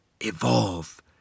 evolve